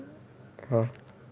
orh